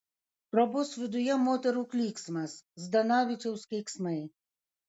trobos viduje moterų klyksmas zdanavičiaus keiksmai